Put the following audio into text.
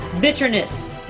bitterness